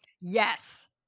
Yes